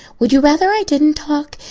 would you rather i didn't talk?